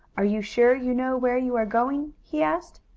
are you sure you know where you are going? he asked.